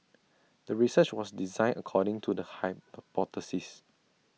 the research was designed according to the hypothesis